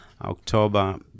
October